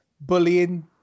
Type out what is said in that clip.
bullying